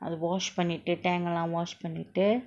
அது:athu wash பன்னிட்டு:pannitu tank lah wash பன்னிட்டு:pannitu